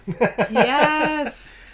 Yes